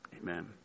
Amen